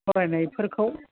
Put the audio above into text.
फरायनायफोरखौ